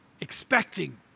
expecting